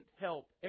help